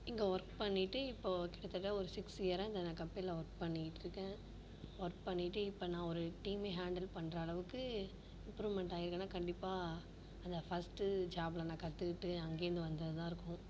இங்கே ஒர்க் பண்ணிகிட்டு இப்போது கிட்டத்தட்ட ஒரு சிக்ஸ் இயராக இந்த நான் கம்பெனியில் ஒர்க் பண்ணிகிட்டிருக்கேன் ஒர்க் பண்ணிகிட்டு இப்போ நான் ஒரு டீமே ஹேண்டல் பண்ணுற அளவுக்கு இம்ப்ரூவ்மண்ட்டாகியிருக்கேனா கண்டிப்பாக அந்த ஃபர்ஸ்ட்டு ஜாப்பில் நான் கற்றுக்கிட்டு அங்கேருந்து வந்தது தான் இருக்கும்